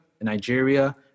Nigeria